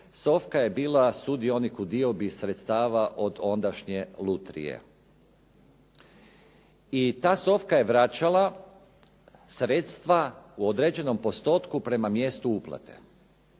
SOFKA je bila sudionik u diobi sredstava od ondašnje lutrije. I ta SOFKA je vraćala sredstva u određenom postotku prema mjestu uplate.